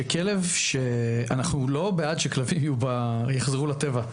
אנחנו לא בעד שכלבים יחזרו לטבע,